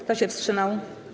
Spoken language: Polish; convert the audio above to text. Kto się wstrzymał?